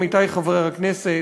עמיתי חברי הכנסת,